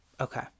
Okay